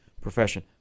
profession